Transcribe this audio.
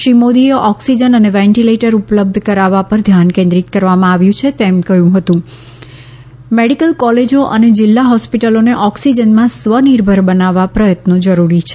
શ્રી મોદીએ ઓક્સિજન અને વેન્ટિલેટર ઉપલબ્ધ કરાવવા પર ધ્યાન કેન્દ્રિત કરવામાં આવ્યું છે એમ કહીને કહ્યું કે મેડિકલ કોલેજો અને જિલ્લા હોસ્પિટલોને ઓક્સિજનમાં સ્વનિર્ભર બનાવવાના પ્રયત્નો જરૂરી છે